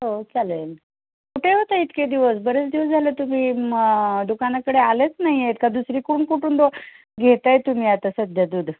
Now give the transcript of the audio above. हो चालेल कुठे होता इतके दिवस बरेच दिवस झालं तुम्ही मं दुकानाकडे आलेच नाही आहात का दुसरी कोण कुठून दो घेत आहे तुम्ही आता सध्या दूध